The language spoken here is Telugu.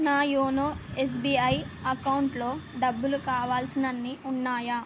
నా యోనో ఎస్బీఐ అకౌంట్లో డబ్బులు కావలసినన్ని ఉన్నాయా